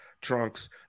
trunks